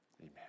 Amen